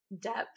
depth